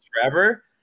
forever